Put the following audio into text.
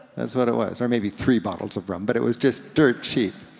that's what it was, or maybe three bottles of rum, but it was just dirt cheap.